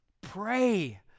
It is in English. Pray